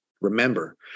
Remember